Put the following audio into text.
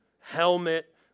helmet